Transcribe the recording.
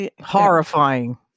Horrifying